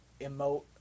emote